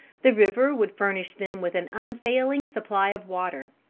the river would furnish them with an unfailing supply of water.